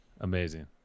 Amazing